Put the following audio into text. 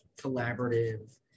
collaborative